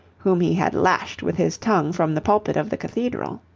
whom he had lashed with his tongue from the pulpit of the cathedral.